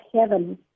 heaven